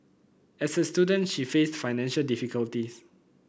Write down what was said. as a student she faced financial difficulties